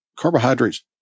Carbohydrates